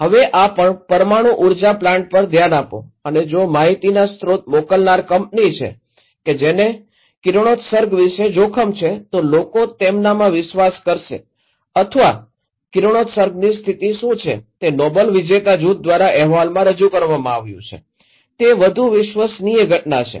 હવે આ પરમાણુ ઉર્જા પ્લાન્ટ પર ધ્યાન આપો અને જો માહિતીના સ્રોત મોકલનાર કંપની છે કે જેને કિરણોત્સર્ગ વિશે જોખમ છે તો લોકો તેમનામાં વિશ્વાસ કરશે અથવા કિરણોત્સર્ગની સ્થિતિ શું છે તે નોબેલ વિજેતા જૂથ દ્વારા અહેવાલમાં રજુ કરવામાં આવ્યું છે તે વધુ વિશ્વસનીય ઘટના છે